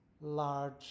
large